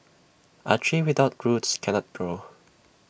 A tree without roots cannot grow